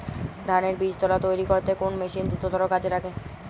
ধানের বীজতলা তৈরি করতে কোন মেশিন দ্রুততর কাজ করে?